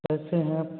कैसे हैं